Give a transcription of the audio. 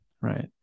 right